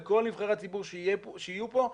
לכל נבחרי הציבור שיהיו פה,